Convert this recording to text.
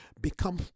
become